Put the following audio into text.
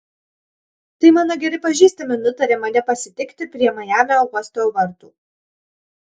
tai mano geri pažįstami nutarė mane pasitikti prie majamio uosto vartų